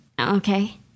Okay